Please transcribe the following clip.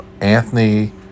Anthony